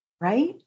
right